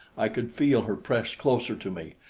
i could feel her press closer to me,